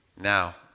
Now